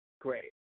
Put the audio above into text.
Great